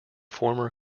former